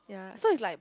so it's like